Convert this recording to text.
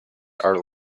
are